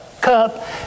cup